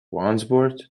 wandsworth